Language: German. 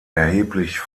erheblich